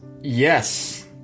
Yes